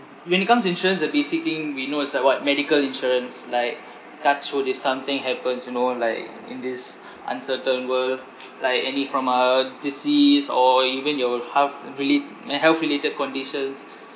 when it comes to insurance the basic thing we know is like what medical insurance like touch wood if something happens you know like in this uncertain world like any form uh disease or even your health relate~ my health related conditions